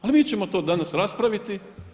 Ali mi ćemo to danas raspraviti.